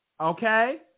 okay